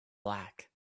black